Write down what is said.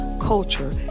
culture